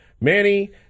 Manny